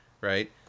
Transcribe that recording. right